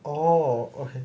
oh okay